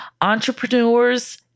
entrepreneurs